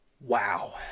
Wow